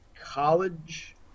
College